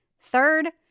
Third